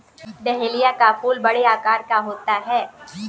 dahlia का फूल बड़े आकार का होता है